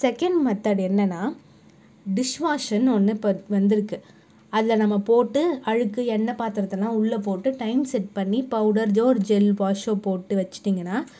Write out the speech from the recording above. second method என்னென்னா dish வாஷ்னு ஒன்று இப்போ வந்திருக்கு அதில் நம்ம போட்டு அழுக்கு எண்ணெய் பாத்திரத்தைலாம் உள்ளே போட்டு டையம் செட் பண்ணி பவுடர்தோ ஒரு ஜெல் வாஷோ போட்டு வச்சுட்டிங்கன்னா